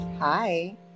Hi